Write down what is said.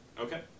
Okay